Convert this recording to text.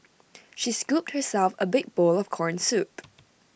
she scooped herself A big bowl of Corn Soup